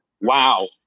wow